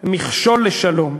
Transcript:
מכשול לשלום.